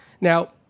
Now